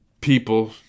people